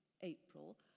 April